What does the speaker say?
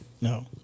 No